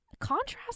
contrast